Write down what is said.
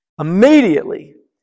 Immediately